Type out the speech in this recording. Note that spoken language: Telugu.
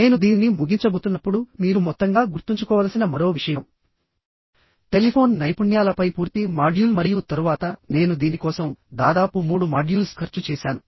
నేను దీనిని ముగించబోతున్నప్పుడు మీరు మొత్తంగా గుర్తుంచుకోవలసిన మరో విషయం టెలిఫోన్ నైపుణ్యాలపై పూర్తి మాడ్యూల్ మరియు తరువాత నేను దీని కోసం దాదాపు మూడు మాడ్యూల్స్ ఖర్చు చేసాను